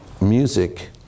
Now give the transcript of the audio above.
music